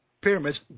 pyramids